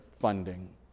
funding